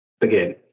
again